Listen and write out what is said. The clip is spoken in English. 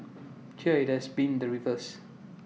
here IT has been the reverse